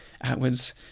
Atwood's